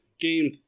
game